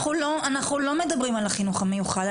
אנחנו לא מדברים על החינוך המיוחד,